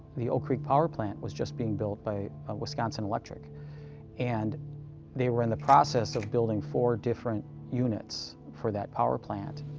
the old creek power plant was just being built by wisconsin electric and they were in the process of building four different units for that power plant.